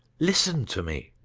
listen to me!